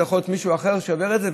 או מישהו אחר שעובר את זה,